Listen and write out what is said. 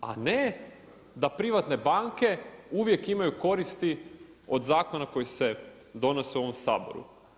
A ne da privatne banke, uvijek imaju koristi od zakona koji se donose u ovom Saboru.